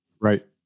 Right